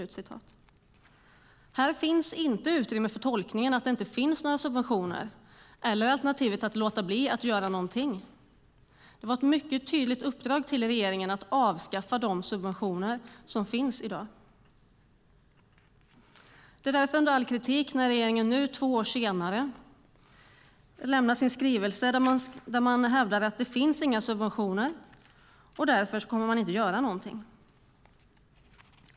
Här finns inte utrymme för tolkningen att det inte finns några subventioner eller för alternativet att låta bli att göra något. Det var ett mycket tydligt uppdrag till regeringen att avskaffa de subventioner som finns i dag. Det är därför under all kritik när regeringen nu, två år senare, i sin skrivelse hävdar att det inte finns några subventioner och att man därför inte kommer att göra något.